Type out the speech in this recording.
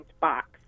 box